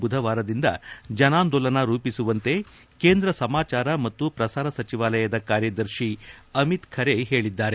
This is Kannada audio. ಬುಧವಾರದಿಂದ ಜನಾಂದೋಲನ ರೂಪಿಸುವಂತೆ ಕೆಂದ್ರ ಸಮಾಚಾರ ಮತ್ತು ಪ್ರಸಾರ ಸಚಿವಾಲಯದ ಕಾರ್ಯದರ್ಶಿ ಅಮಿತ್ ಖರೆ ಹೇಳಿದ್ದಾರೆ